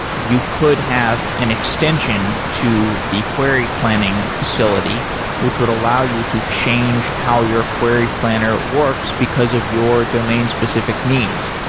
you could have an extension to the query planning facility which would allow you to change how your query planner works because of your domain specific needs.